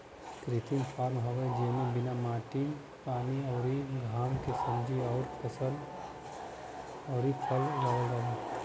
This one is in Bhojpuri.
कृत्रिम फॉर्म हवे जेमे बिना माटी पानी अउरी घाम के सब्जी अउर फल उगावल जाला